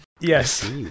Yes